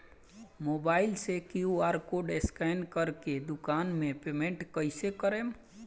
Mobile से QR code scan कर के दुकान मे पेमेंट कईसे करेम?